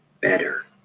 better